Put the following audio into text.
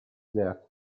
death